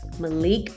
Malik